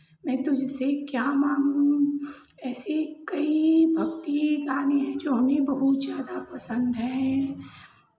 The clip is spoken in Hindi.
मैं तुम से क्या मांगू ऐसी कई भक्ति गाने हैं जो हमें बहुत ज़्यादा पसन्द है